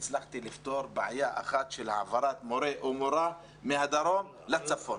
שהצלחתי לפתור בעיה אחת של העברת מורה או מורה מהדרום לצפון.